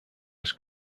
was